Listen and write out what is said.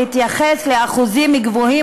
והתייחס לאחוזים גבוהים,